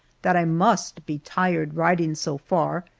that i must be tired riding so far,